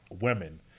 women